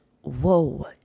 Whoa